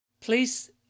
please